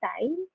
time